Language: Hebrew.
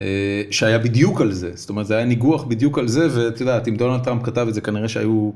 שהיה בדיוק על זה, זאת אומרת זה היה ניגוח בדיוק על זה, ואת יודעת אם דונלד טראמפ כתב את זה כנראה שהיו.